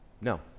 no